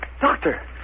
Doctor